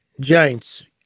giants